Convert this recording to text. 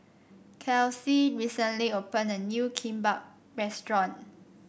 Kelsea recently opened a new Kimbap Restaurant